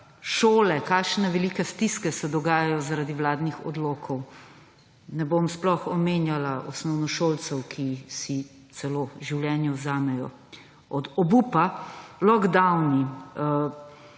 Šole − kakšne velike stiske se dogajajo zaradi vladnih odlokov. Ne bom sploh omenjala osnovnošolcev, ki si vzamejo celo življenje od obupa. Lockdowni.